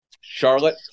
Charlotte